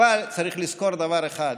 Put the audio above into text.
אבל צריך לזכור דבר אחד: